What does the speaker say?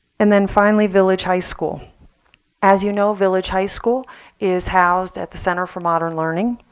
and then finally village high school as you know, village high school is housed at the center for modern learning.